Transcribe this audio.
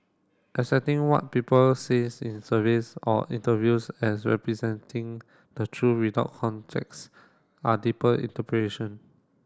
accepting what people says in surveys or interviews as representing the truth without context are deeper interpretation